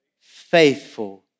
faithful